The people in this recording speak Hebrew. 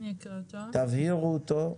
תבהירו אותו,